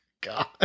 God